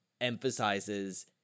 emphasizes